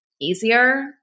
easier